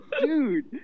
Dude